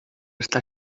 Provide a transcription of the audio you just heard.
està